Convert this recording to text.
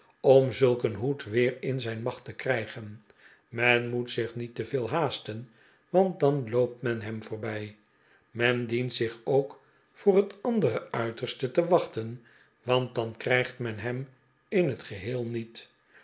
om zulk een hoed weer in zijn macht te krijgen men moet zich niet te veel haasten want dan loopt men hem voorbij men dient zich ook voor het andere uiterste te wachten want dan krijgt men hem in het geheel niet